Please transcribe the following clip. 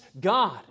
God